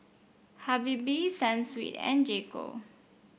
Habibie Sunsweet and J Co